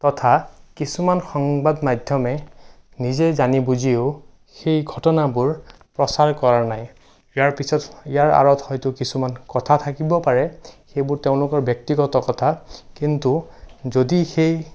তথা কিছুমান সংবাদ মাধ্যমে নিজে জানি বুজিও সেই ঘটনাবোৰ প্ৰচাৰ কৰা নাই ইয়াৰ পিছত ইয়াৰ আঁৰত হয়তো কিছুমান কথা থাকিব পাৰে সেইবোৰ তেওঁলোকৰ ব্যক্তিগত কথা কিন্তু যদি সেই